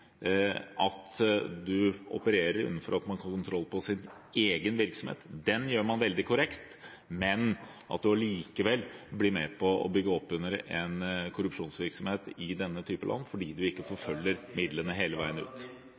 at man opererer innenfor at man kan ha kontroll på sin egen virksomhet, den gjør man veldig korrekt, men at man likevel blir med på å bygge opp under en korrupsjonsvirksomhet i denne type land fordi man ikke